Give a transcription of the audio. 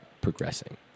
progressing